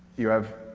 you have